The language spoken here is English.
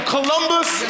Columbus